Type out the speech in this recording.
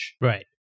Right